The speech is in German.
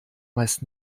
meist